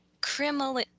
criminal